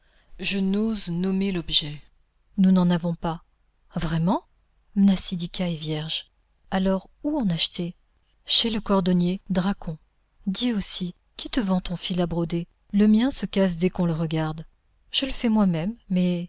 je n'ose nommer l'objet nous n'en avons pas vraiment mnasidika est vierge alors où en acheter chez le cordonnier drakhôn dis aussi qui te vend ton fil à broder le mien se casse dès qu'on le regarde je le fais moi-même mais